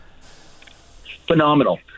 phenomenal